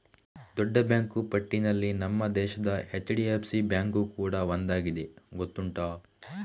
ದೊಡ್ಡ ಬ್ಯಾಂಕು ಪಟ್ಟಿನಲ್ಲಿ ನಮ್ಮ ದೇಶದ ಎಚ್.ಡಿ.ಎಫ್.ಸಿ ಬ್ಯಾಂಕು ಕೂಡಾ ಒಂದಾಗಿದೆ ಗೊತ್ತುಂಟಾ